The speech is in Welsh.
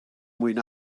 mwyn